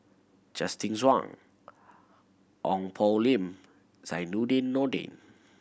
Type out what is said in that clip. Justin Zhuang Ong Poh Lim Zainudin Nordin